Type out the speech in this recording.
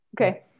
Okay